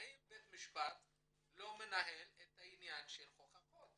האם בית המשפט לא מנהל את העניין של הוכחות.